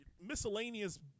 miscellaneous